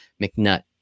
McNutt